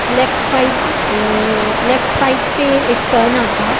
left side left side پہ ایک turn آتا